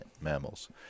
mammals